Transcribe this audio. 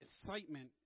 excitement